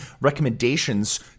recommendations